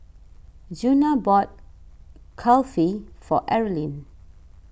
Djuna bought Kulfi for Erlene